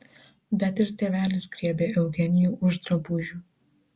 bet ir tėvelis griebė eugenijų už drabužių